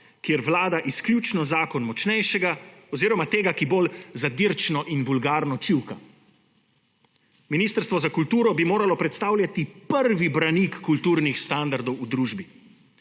kjer vlada izključno zakon močnejšega oziroma tega, ki bolj zadirčno in vulgarno čivka. Ministrstvo za kulturo bi moralo predstavljati prvi branik kulturnih standardov v družbi.